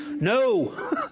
No